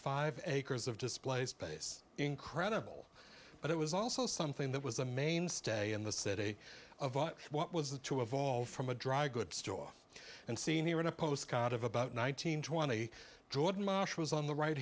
five acres of display space incredible but it was also something that was a mainstay in the city of what was the to evolve from a dry goods store and seen here in a postcard of about one nine hundred twenty jordan marsh was on the right